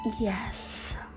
yes